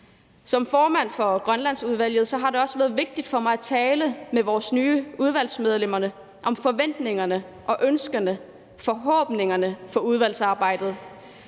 Som formand for Grønlandsudvalget har det også været vigtigt for mig at tale med vores nye udvalgsmedlemmer om forventningerne og ønskerne til og forhåbningerne for udvalgsarbejdet.